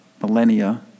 millennia